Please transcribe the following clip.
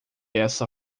essa